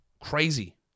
Crazy